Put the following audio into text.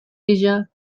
asia